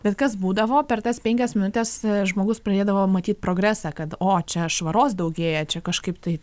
bet kas būdavo per tas penkias minutes žmogus pradėdavo matyt progresą kad o čia švaros daugėja čia kažkaip tai